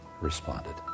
responded